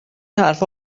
حرفها